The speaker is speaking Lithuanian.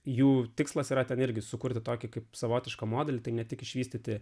jų tikslas yra ten irgi sukurti tokį kaip savotišką modelį tai ne tik išvystyti